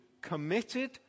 committed